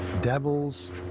devils